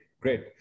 Great